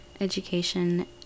education